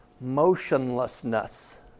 motionlessness